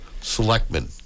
selectmen